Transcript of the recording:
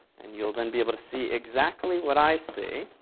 and you'll then be able to see exactly what i see.